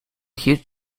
huge